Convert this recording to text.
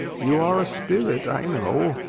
you are a spirit, i know.